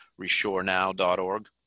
reshorenow.org